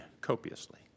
copiously